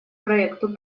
проекту